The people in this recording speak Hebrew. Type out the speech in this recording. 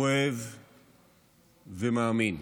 כואב ומאמין.